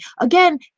Again